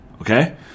okay